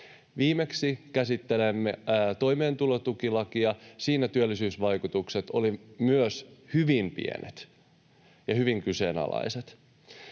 Viimeksi käsittelimme toimeentulotukilakia, ja siinä työllisyysvaikutukset olivat myös hyvin pienet ja hyvin kyseenalaiset.